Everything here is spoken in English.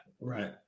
Right